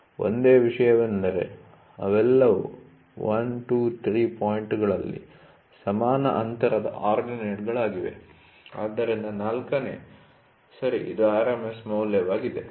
ಒಂದೇ ವಿಷಯವೆಂದರೆ ಅವೆಲ್ಲವೂ 1 2 3 ಪಾಯಿಂಟ್'ಗಳಲ್ಲಿ ಸಮಾನ ಅಂತರದ ಆರ್ಡಿನೇಟ್ಗಳಾಗಿವೆ ಮತ್ತು ಆದ್ದರಿಂದ 4 ನೇ ಸರಿ ಇದು RMS ಮೌಲ್ಯವಾಗಿದೆ